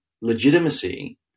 legitimacy